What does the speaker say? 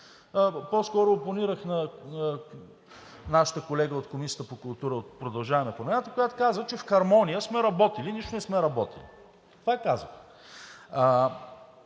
по-скоро опонирах на нашия колега от Комисията по културата от „Продължаваме Промяната“, който казва, че в хармония сме работили. Нищо не сме работили. Това казах.